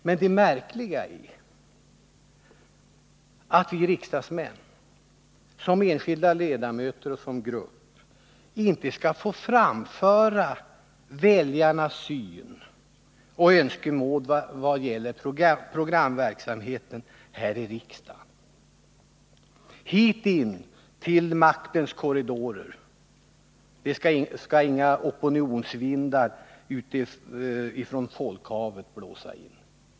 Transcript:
Men det märkliga är att vi riksdagsmän, som enskilda ledamöter och som grupp, inte skall här i riksdagen få framföra väljarnas syn och önskemål vad gäller programverksamheten. Hit in till maktens korridorer skall inga opinionsvindar från folkhavet blåsa in.